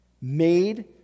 made